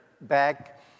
back